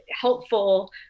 helpful